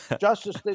justice